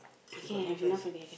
okay I have already I can